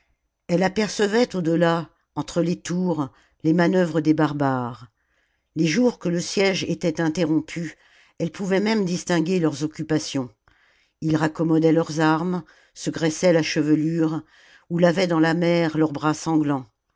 elle apercevait au delà entre les tours les manœuvres des barbares les jours que le siège était interrompu elle pouvait même distinguer leurs occupations ils raccommodaient leurs armes se graissaient la chevelure ou lavaient dans la mer leurs bras sanglants